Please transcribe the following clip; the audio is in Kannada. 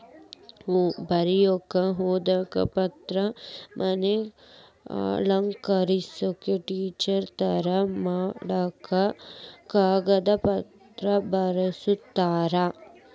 ಬರಿಯಾಕ ಓದು ಪುಸ್ತಕ, ಮನಿ ಅಲಂಕಾರಕ್ಕ ಟಿಷ್ಯು ತಯಾರ ಮಾಡಾಕ ಕಾಗದಾ ಬಳಸ್ತಾರ